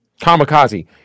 Kamikaze